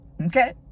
Okay